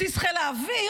בסיס חיל האוויר,